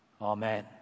amen